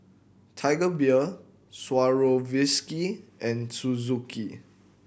Tiger Beer Swarovski and Suzuki